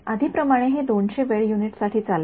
आधीप्रमाणे हे २00 वेळ युनिट्स साठी चालवा